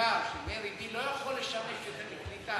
שהמאגר של "מרי B" לא יכול לשמש יותר לקליטת